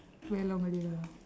very long already lah